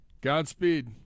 Godspeed